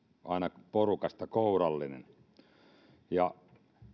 aina porukasta kourallinen